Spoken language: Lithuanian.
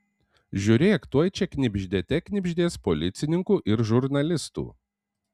žiūrėk tuoj čia knibždėte knibždės policininkų ir žurnalistų